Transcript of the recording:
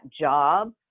job